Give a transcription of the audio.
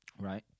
Right